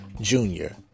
junior